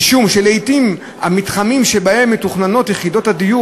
משום שלעתים המתחמים שבהם מתוכננות יחידות הדיור